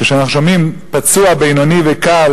כשאנחנו שומעים פצוע בינוני וקל,